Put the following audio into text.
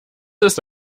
ist